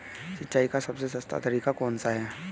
सिंचाई का सबसे सस्ता तरीका कौन सा है?